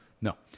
No